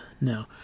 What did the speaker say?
no